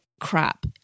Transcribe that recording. crap